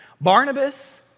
Barnabas